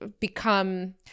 become